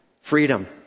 Freedom